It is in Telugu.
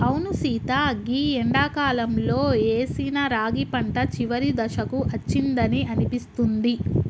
అవును సీత గీ ఎండాకాలంలో ఏసిన రాగి పంట చివరి దశకు అచ్చిందని అనిపిస్తుంది